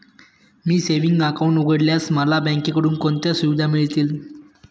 मी savings account उघडल्यास मला बँकेकडून कोणत्या सुविधा मिळतील?